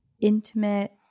intimate